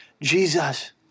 Jesus